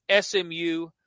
SMU